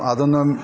അതൊന്നും